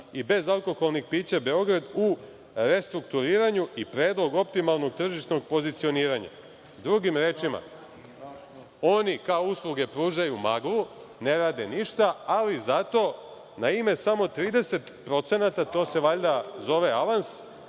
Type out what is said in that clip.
i bezalkoholnih pića“ Beograd, u restrukturiranju i predlog optimalnog tržišnog pozicioniranja. Drugim rečima, oni kao usluge pružaju maglu, ne rade ništa, ali zato na ime samo 30%, to se valjda zove avans,